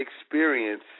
experience